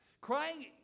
Crying